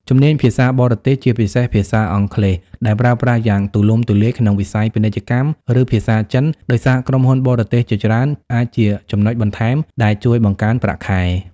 ជំនាញភាសាបរទេស ជាពិសេសភាសាអង់គ្លេស ដែលប្រើប្រាស់យ៉ាងទូលំទូលាយក្នុងវិស័យពាណិជ្ជកម្ម ឬភាសាចិន ដោយសារក្រុមហ៊ុនបរទេសជាច្រើន អាចជាចំណុចបន្ថែមដែលជួយបង្កើនប្រាក់ខែ។